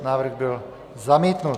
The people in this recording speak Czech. Návrh byl zamítnut.